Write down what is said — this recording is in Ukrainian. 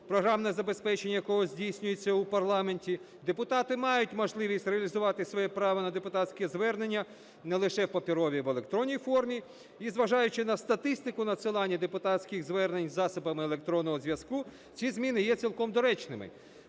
програмне забезпечення якого здійснюється в парламенті, депутати мають можливість реалізувати своє право на депутатське звернення не лише в паперовій, а і в електронній формі. І, зважаючи на статистику надсилання депутатських звернень засобами електронного зв'язку, ці зміни є цілком доречними.